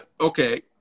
Okay